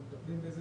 אנחנו מטפלים בזה